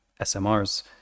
smrs